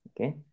okay